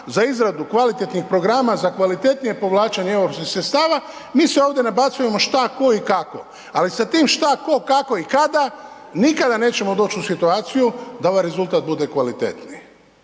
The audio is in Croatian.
za izradu kvalitetnih programa za kvalitetnije povlačenje europskih sredstava, mi se ovdje nabacujemo što, tko i kako ali sa tim šta, tko i kako i kada, nikada nećemo doći u situaciju da ovaj rezultata bude kvalitetniji.